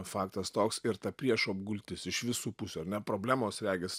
faktas toks ir ta priešo apgultis iš visų pusių ar ne problemos regis